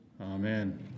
Amen